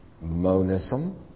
monism